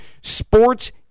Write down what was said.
sports